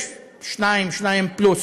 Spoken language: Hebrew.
יש 2%, 2% פלוס,